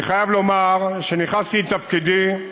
אני חייב לומר שכשנכנסתי לתפקידי,